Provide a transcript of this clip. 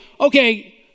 okay